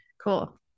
Cool